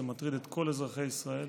זה מטריד את כל אזרחי ישראל